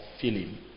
feeling